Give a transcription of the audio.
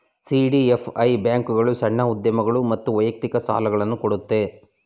CDFI ಬ್ಯಾಂಕ್ಗಳು ಸಣ್ಣ ಉದ್ಯಮಗಳು ಮತ್ತು ವೈಯಕ್ತಿಕ ಸಾಲುಗಳನ್ನು ಕೊಡುತ್ತೆ